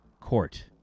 court